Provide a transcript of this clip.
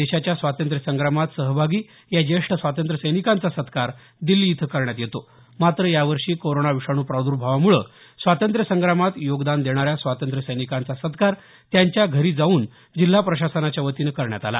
देशाच्या स्वातंत्र्य संग्रामात सहभागी या जेष्ठ स्वातंत्र्य सैनिकांचा सत्कार दिल्ली इथं करण्यात येतो मात्र यावर्षी कोरोना विषाणू प्रादुभोवामुळे स्वातंत्र्य संग्रामात योगदान देणाऱ्या स्वातंत्र्य सैनिकांचा सत्कार त्यांच्या घरी जाऊन जिल्हा प्रशासनाच्या वतीनं करण्यात आला